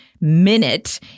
minute